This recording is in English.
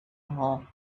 hall